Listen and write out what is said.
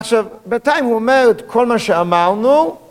עכשיו, בינתיים הוא אומר את כל מה שאמרנו.